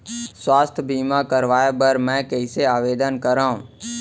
स्वास्थ्य बीमा करवाय बर मैं कइसे आवेदन करव?